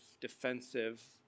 defensive